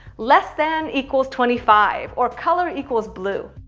less than equals twenty five. or color equals blue.